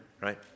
Right